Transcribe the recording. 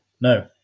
no